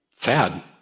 sad